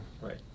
Right